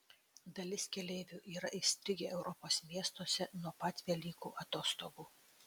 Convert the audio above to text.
dalis keleivių yra įstrigę europos miestuose nuo pat velykų atostogų